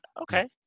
okay